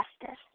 justice